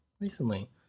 recently